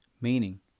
meaning